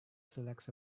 selects